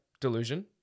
delusion